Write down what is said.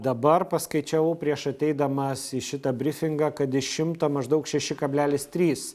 dabar paskaičiavau prieš ateidamas į šitą brifingą kad iš šimto maždaug šeši kablelis trys